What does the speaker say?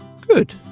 good